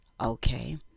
Okay